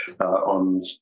on